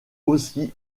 aussi